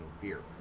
fear